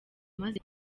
maze